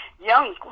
young